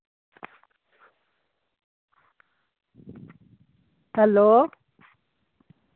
hello